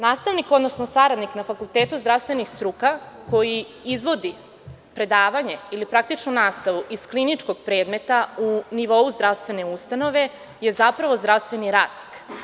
Nastavnik, odnosno saradnik na Fakultetu zdravstvenih struka koji izvodi predavanje ili praktičnu nastavu iz kliničkog predmeta u nivou zdravstvene ustanove je zapravo zdravstveni radnik.